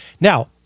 Now